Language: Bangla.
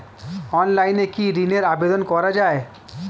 অনলাইনে কি ঋনের আবেদন করা যায়?